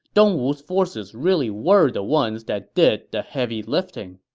dongwu's forces really were the ones that did the heavy lifting.